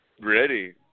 ready